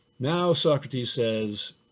now socrates says,